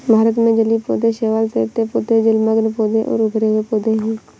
भारत में जलीय पौधे शैवाल, तैरते पौधे, जलमग्न पौधे और उभरे हुए पौधे हैं